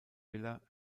miller